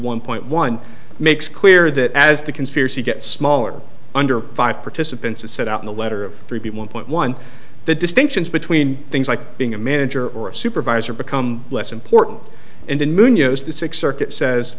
one point one makes clear that as the conspiracy gets smaller under five participants is set out in the letter of three point one the distinctions between things like being a manager or a supervisor become less important and in munoz the sixth circuit says